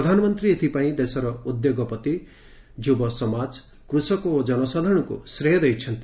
ପ୍ରଧାନମନ୍ତୀ ଏଥପାଇଁ ଦେଶର ଉଦ୍ୟୋଗପତି ଯୁବସମାଜ କୃଷକ ଓ ଜନସାଧାରଶଙ୍କୁ ଶ୍ରେୟ ଦେଇଛନ୍ତି